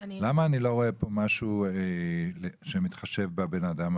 למה אני לא רואה כאן משהו שמתחשב בבן אדם?